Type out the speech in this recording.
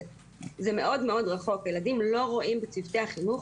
זה מאוד רחוק וילדים לא רואים בצוותי החינוך